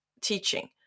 teaching